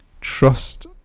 trust